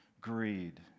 Greed